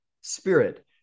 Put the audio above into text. spirit